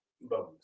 Bones